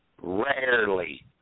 rarely